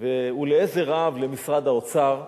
והיא לעזר רב למשרד האוצר,